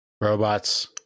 Robots